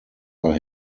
are